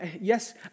Yes